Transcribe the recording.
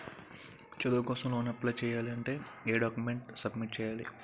చదువు కోసం loan apply చేయాలి అంటే ఎం డాక్యుమెంట్స్ సబ్మిట్ చేయాలి?